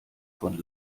von